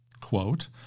quote